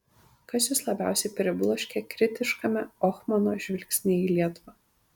kas jus labiausiai pribloškė kritiškame ohmano žvilgsnyje į lietuvą